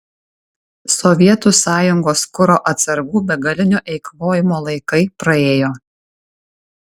sovietų sąjungos kuro atsargų begalinio eikvojimo laikai praėjo